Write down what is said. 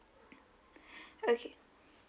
okay